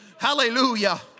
Hallelujah